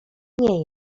nie